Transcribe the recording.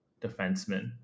defenseman